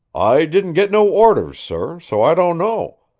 i didn't get no orders, sor, so i don't know,